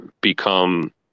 become